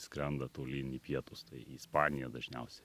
skrenda tolyn į pietus tai į ispaniją dažniausiai